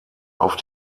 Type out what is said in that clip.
auf